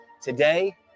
Today